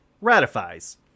ratifies